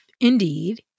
indeed